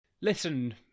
Listen